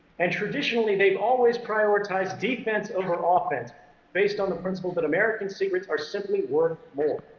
and traditionally they've always prioritized defense over ah offense based on the principle that american secrets are simply worth more.